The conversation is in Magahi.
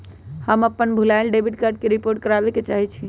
हम अपन भूलायल डेबिट कार्ड के रिपोर्ट करावे के चाहई छी